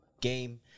game